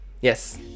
Yes